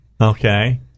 Okay